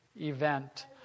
event